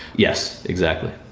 yes, exactly